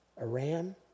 Iran